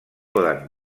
poden